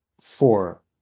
Four